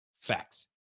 Facts